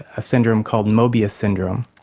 a syndrome called moebius syndrome,